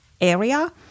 area